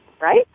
right